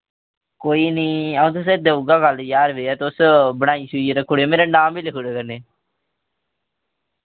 कोई नि आऊं तुसें देऊगा कल ज्हार रपेआ तुस बनाई शुइयै रक्खुड़ेओ मेरा नाम बी लिखुड़ेओ कन्नै